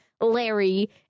Larry